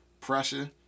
Pressure